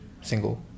single